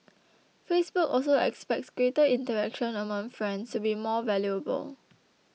Facebook also expects greater interaction among friends to be more valuable